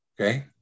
okay